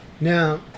Now